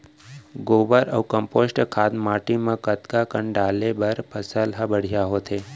गोबर अऊ कम्पोस्ट खाद माटी म कतका कन डाले बर फसल ह बढ़िया होथे?